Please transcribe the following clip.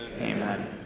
amen